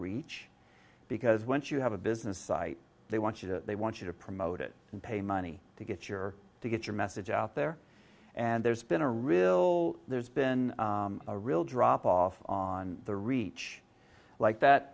reach because once you have a business site they want you to they want you to promote it and pay money to get your to get your message out there and there's been a real there's been a real drop off on the reach like that